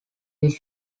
his